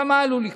מה עלול לקרות?